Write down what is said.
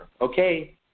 okay